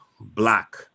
black